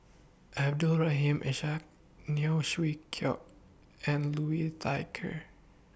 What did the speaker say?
Abdul Rahim Ishak Neo Chwee Kok and Liu Thai Ker